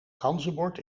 ganzenbord